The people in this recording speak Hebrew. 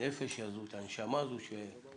הנפש הזו, את הנשמה הזו שלעיתים